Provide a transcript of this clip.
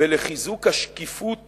ולחיזוק השקיפות